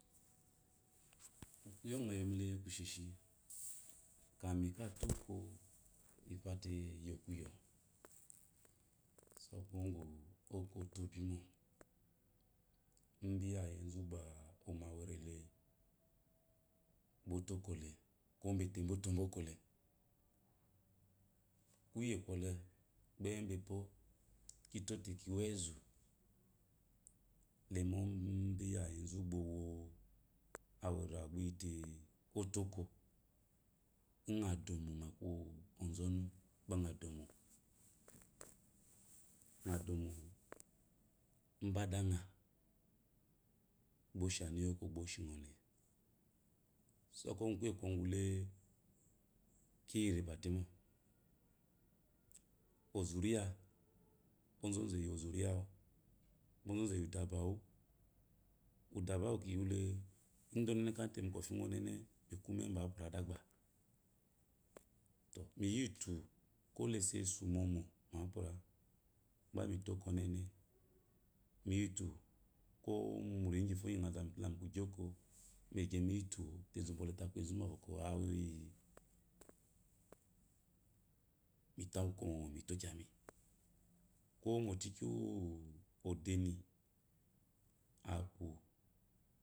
yomile kusheshi kamito oko ifote yokuyo so kuwo gu oko otobi mo ida iyayezu ba oma a werele bww oto okele ko mbaetebwo otobwo okola kuye kwɔle gba emme ba epwo kitote kiwe ezu lemo ibiyayezu ba owoaure gba iyie oto-oko nnga domo ngoku ozɔnu nga domo mbedanga gba oshi anu yioko gba oshingole so kuwo gu kuye kwo gule kiyinba temo ozunya ozozu eyi ozuniya wa ozozu eyi udabawa udaba ki yinule ide kante mu kofi gu ɔnene mi kume wa apure adigbe to miyitu kolesesu momo ngo pwa gbami to oko ɔnene miyitu ko munyi gyifo gi ngo zamite mikiso migyi oko merege miyitu enzu bwɔle aku ezu bwɔkwɔ cure mito oka momo milo kyami ko mo cikin wuodeni akum